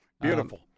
Beautiful